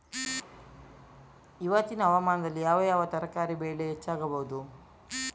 ಇವತ್ತಿನ ಹವಾಮಾನದಲ್ಲಿ ಯಾವ ಯಾವ ತರಕಾರಿ ಬೆಳೆ ಹೆಚ್ಚಾಗಬಹುದು?